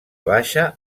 baixa